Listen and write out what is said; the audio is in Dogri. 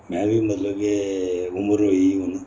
में बी मतलब के उमर होई गी हून